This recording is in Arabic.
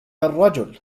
الرجل